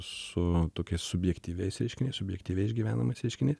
su tokiais subjektyviais reiškiniais subjektyviai išgyvenamais reiškiniais